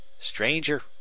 Stranger